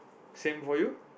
same for you